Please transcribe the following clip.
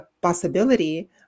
possibility